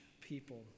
people